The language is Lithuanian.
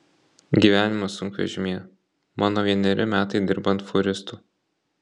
gyvenimas sunkvežimyje mano vieneri metai dirbant fūristu